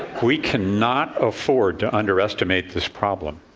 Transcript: we cannot afford to underestimate this problem.